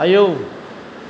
आयौ